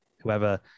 whoever